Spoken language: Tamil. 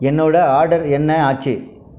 என்னோட ஆர்டர் என்ன ஆச்சு